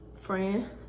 friend